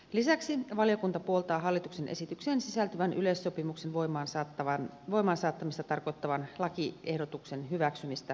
lisäksi valiokunta puoltaa hallituksen esitykseen sisältyvän yleissopimuksen voimaansaattamista tarkoittavan lakiehdotuksen hyväksymistä muuttamattomana